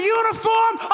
uniform